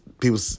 people